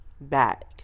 back